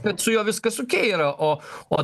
bet su juo viskas okei yra o o